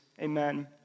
Amen